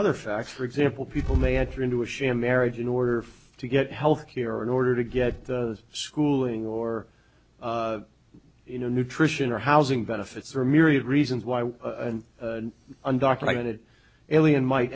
other facts for example people may enter into a sham marriage in order to get health care or in order to get the schooling or you know nutrition or housing benefits or myriad reasons why an undocumented alien might